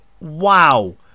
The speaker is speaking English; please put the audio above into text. wow